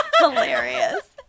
hilarious